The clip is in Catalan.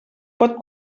pot